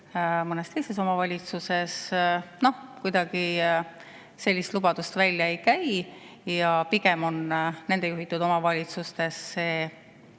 mõnes teises omavalitsuses, kuidagi sellist lubadust välja ei käi ja pigem on nende juhitud omavalitsustes